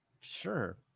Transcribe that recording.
Sure